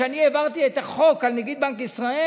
כשאני העברתי את החוק על נגיד בנק ישראל,